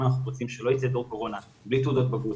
אם אנחנו רוצים שלא יצא דור קורונה בלי תעודות בגרות,